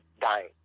dying